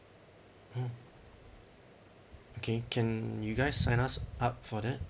mm okay can you guys sign us up for that